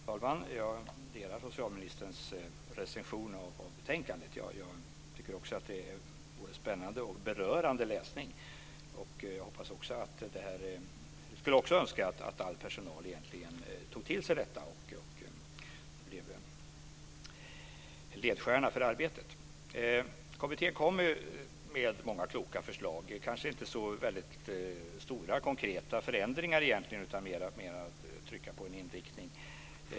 Fru talman! Jag delar socialministerns recension av betänkandet. Jag tycker också att det är både spännande och berörande läsning. Jag skulle också önska att all personal tog till sig detta och att det blev en ledstjärna för arbetet. Kommittén kommer med många kloka förslag. Det kanske inte är så många stora, konkreta förändringar utan mer av att trycka på en inriktning.